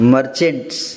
Merchants